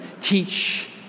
teach